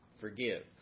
forgive